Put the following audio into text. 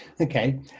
Okay